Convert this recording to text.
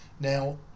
Now